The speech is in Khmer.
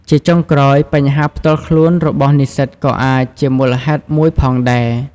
ជាចុងក្រោយ បញ្ហាផ្ទាល់ខ្លួន របស់និស្សិតក៏អាចជាមូលហេតុមួយផងដែរ។